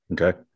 Okay